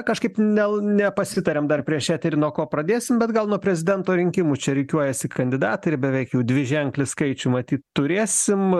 kažkaip nel nepasitarėm dar prieš eterį nuo ko pradėsim bet gal nuo prezidento rinkimų čia rikiuojasi kandidatai ir beveik jau dviženklį skaičių matyt turėsim